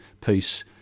peace